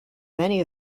many